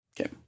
Okay